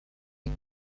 its